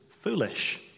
foolish